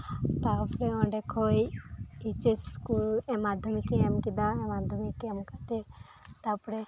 ᱛᱟᱨᱯᱚᱨᱮ ᱚᱸᱰᱮᱠᱷᱚᱱ ᱮᱭᱤᱪᱮᱥᱠᱚ ᱢᱟᱫᱽᱫᱷᱚᱢᱤᱠ ᱠᱚᱧ ᱮᱢᱠᱮᱫᱟ ᱢᱟᱫᱽᱫᱷᱚᱢᱤᱠ ᱮᱢᱠᱟᱛᱮᱫ ᱛᱟᱨᱯᱚᱨᱮ